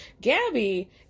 Gabby